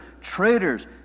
traitors